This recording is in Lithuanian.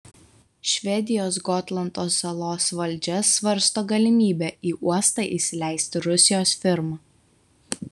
švedijos gotlando salos valdžia svarsto galimybę į uostą įsileisti rusijos firmą